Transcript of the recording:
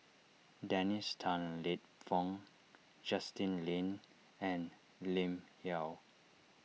Dennis Tan Lip Fong Justin Lean and Lim Yau